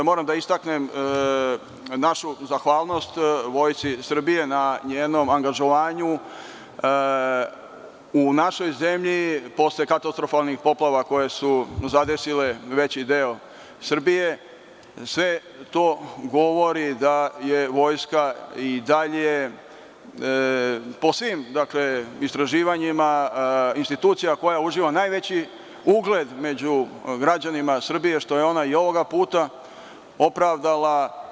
Moram da istaknem našu zahvalnost Vojsci Srbije na njenom angažovanju u našoj zemlji posle katastrofalnih poplava koje su zadesile veći deo Srbije sve to govori da je vojska i dalje, po svim istraživanjima, institucija koja uživa najveći ugled među građanima Srbije, što je ona i ovoga puta opravdala.